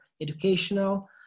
educational